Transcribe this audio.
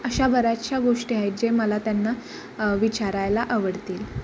अशा बऱ्याचशा गोष्टी आहेत जे मला त्यांना विचारायला आवडतील